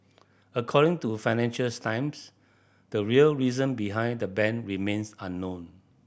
according to Financials Times the real reason behind the ban remains unknown